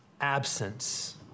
absence